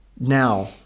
now